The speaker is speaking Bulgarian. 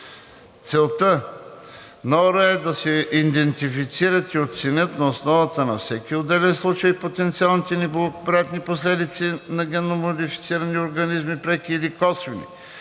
Целта на ОР е да се идентифицират и оценят на основата на всеки отделен случай потенциалните неблагоприятни последици на ГМО – преки или косвени,